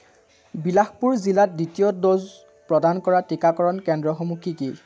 বিলাসপুৰ জিলাত দ্বিতীয় ড'জ প্ৰদান কৰা টীকাকৰণ কেন্দ্ৰসমূহ কি কি